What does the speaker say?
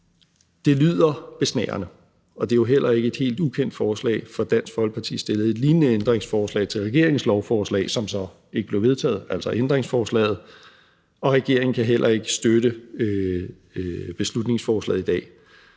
Det lyder besnærende, og det er jo heller ikke et helt ukendt forslag, for Dansk Folkeparti stillede et lignende ændringsforslag til regeringens lovforslag, som så ikke blev vedtaget, altså ændringsforslaget, og regeringen kan heller ikke støtte beslutningsforslaget i dag.